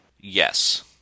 Yes